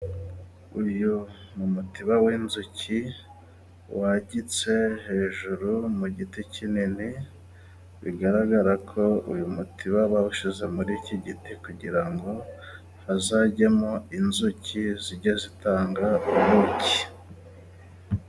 Uyu ni umutiba w'inzuki wagitse hejuru mu giti kinini ,bigaragara ko uyu mutiba bawushize muri iki giti kugira ngo hazajyemo inzuki ,zijye zitanga ubuki.